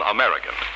American